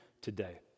today